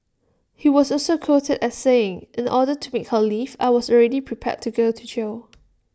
he was also quoted as saying in order to make her leave I was already prepared to go to jail